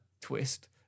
twist